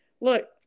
look